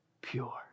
pure